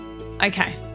Okay